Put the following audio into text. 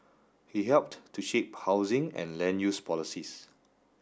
he helped to shape housing and land use policies